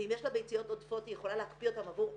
ואם יש לה ביציות עודפות היא יכולה להקפיא אותן עבור עצמה,